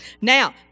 Now